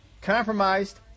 Compromised